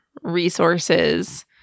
resources